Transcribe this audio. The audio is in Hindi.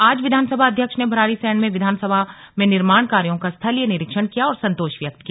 आज विधानसभा अध्यक्ष ने भराड़ीसैंण में विधानसभा में निर्माण कार्यो का स्थलीय निरीक्षण किया और संतोष व्यक्त किया